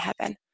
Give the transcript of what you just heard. heaven